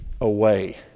away